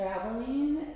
traveling